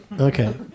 Okay